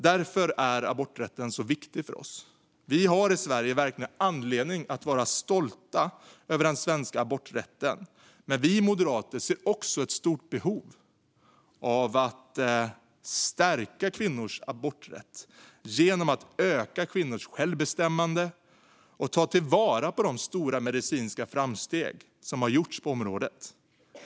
Därför är aborträtten så viktig för oss. Vi har i Sverige verkligen anledning att vara stolta över den svenska aborträtten, men vi moderater ser också ett behov av att stärka kvinnors aborträtt genom att öka kvinnors självbestämmande och ta till vara de stora medicinska framsteg som gjorts på området.